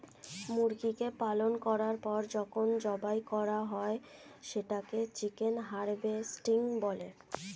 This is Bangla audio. মুরগিকে পালন করার পর যখন জবাই করা হয় সেটাকে চিকেন হারভেস্টিং বলে